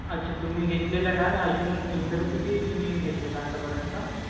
अच्छा तुम्ही घेतलेला का अजून इंटरव्यू किती तुम्ही घेतलेला आतापर्यंत